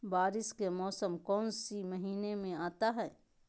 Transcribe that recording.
बारिस के मौसम कौन सी महीने में आता है?